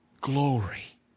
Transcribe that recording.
glory